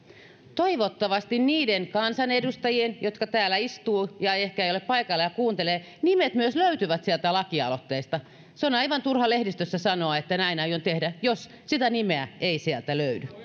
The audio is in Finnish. toivottavasti niiden kansanedustajien jotka täällä istuvat tai jotka eivät ehkä ole paikalla mutta kuuntelevat nimet myös löytyvät sieltä lakialoitteesta on aivan turha lehdistössä sanoa että näin aion tehdä jos sitä nimeä ei sieltä löydy